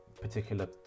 particular